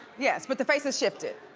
yes, but the face has shifted.